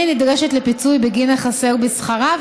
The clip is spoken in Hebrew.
אין היא נדרשת לפיצוי בגין החסר בשכרה,